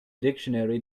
dictionary